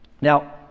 Now